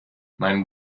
mein